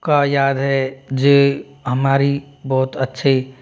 का याद है जे हमारी बहुत अच्छी